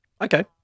Okay